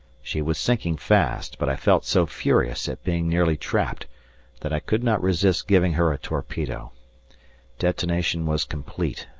she was sinking fast, but i felt so furious at being nearly trapped that i could not resist giving her a torpedo detonation was complete,